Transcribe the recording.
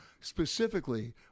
specifically